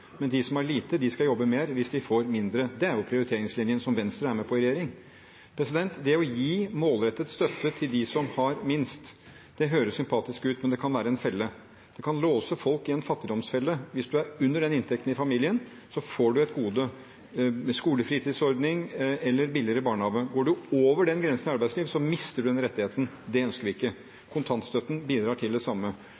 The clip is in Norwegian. men det kan være en felle. Det kan låse folk i en fattigdomsfelle. Hvis en er under den inntekten i familien, får en et gode, med skolefritidsordning eller billigere barnehage. Går en over den grensen i arbeidslivet, mister en den rettigheten. Det ønsker vi ikke.